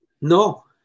no